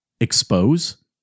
expose